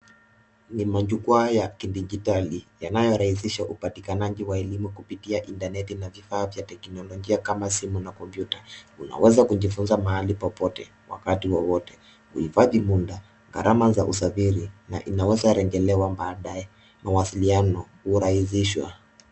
Ni majukwaa ya kidijitali yanayorahisisha upatikanaji wa elimu kupitia intarneti na vifaa vya teknolojia kama simu na kompyuta, unaweza kujifunza mahali popote ,wakati wowote huhifadhi muda gharama za usafiri na inaweza rejelewa baadae mawasiliano hurahisishwa.